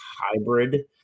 hybrid